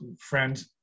friend